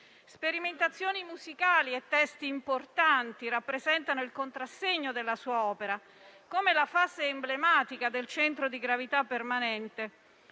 Sperimentazioni musicali e testi importanti rappresentano il contrassegno della sua opera, come la frase emblematica del «Centro di gravità permanente»: